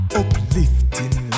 uplifting